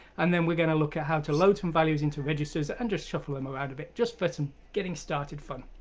and then we're going to look at how to load some values into registers, and just shuffle them around a bit. just for some getting-started fun!